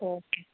okay